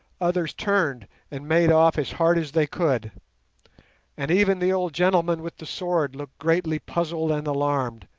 others turned and made off as hard as they could and even the old gentleman with the sword looked greatly puzzled and alarmed,